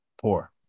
poor